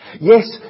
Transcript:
Yes